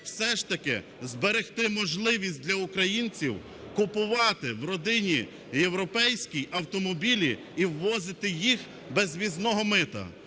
все ж таки зберегти можливість для українців купувати в родині європейській автомобілі і ввозити їх без ввізного мита.